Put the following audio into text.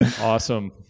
Awesome